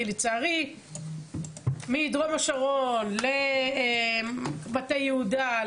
כי לצערי מדרום השרון למטה יהודה,